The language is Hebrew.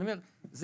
זה